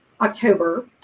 October